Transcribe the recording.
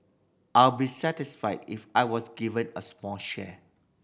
I'll be satisfied if I was given a small share